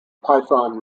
python